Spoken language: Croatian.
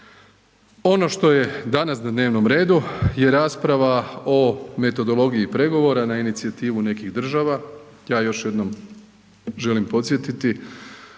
Ono što je danas na dnevnom redu je rasprava o metodologiji pregovora na inicijativu nekih država. Ja još jednom želim podsjetiti